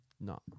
No